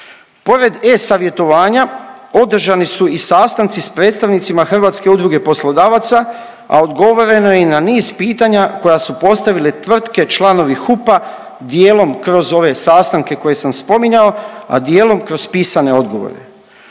Pored e-Savjetovanja, održani su i sastanci s predstavnicima Hrvatske udruge poslodavaca, a odgovoreno je i na niz pitanja koje su postavile tvrtke, članovi HUP-a, dijelom kroz ove sastanke koje sam spominjao, a dijelom kroz pisane odgovore.